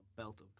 belt